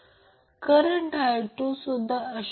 आता resonance current VR असेल कारण XL पहा